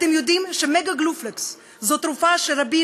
אתם יודעים ש"מגה גלופלקס" זאת תרופה שרבים